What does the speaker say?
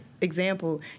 example